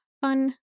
fun